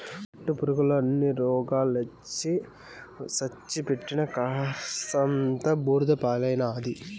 పట్టుపురుగుల అన్ని రోగాలొచ్చి సచ్చి పెట్టిన కర్సంతా బూడిద పాలైనాది